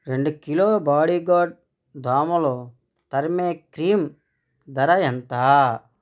రెండు kilo bodyguard దోమలు తరిమే క్రీం ధర ఎంత